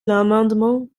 l’amendement